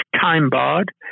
time-barred